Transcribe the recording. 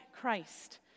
Christ